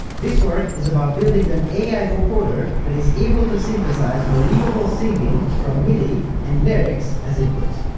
this work is about building an ai vocoder that is able to synthesize believable singing from midi and lyrics as inputs.